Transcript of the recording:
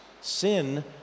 sin